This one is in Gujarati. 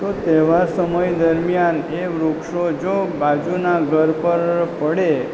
તો તેવા સમય દરમિયાન એ વૃક્ષો જો બાજુના ઘર પર પડે